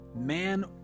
man